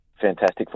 fantastic